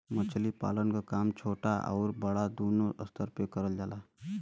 मछली पालन क काम छोटा आउर बड़ा दूनो स्तर पे करल जाला